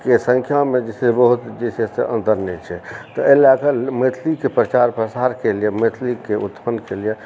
के संख्यामे जे छै बहुत जे छै से अंतर नहि छै तऽ एही लए कऽ मैथिलीके प्रचार प्रसार के लिए मैथिली के उत्थान के लिए